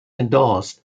endorsed